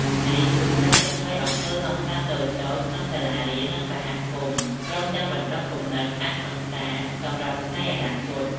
នេះជួយកាត់បន្ថយអំពើហិង្សាតូចៗក្នុងសាលារៀន និងសហគមន៍ ព្រមទាំងបណ្ដុះគំនិតអហិង្សាសម្រាប់ថ្ងៃអនាគត។